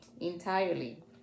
entirely